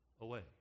away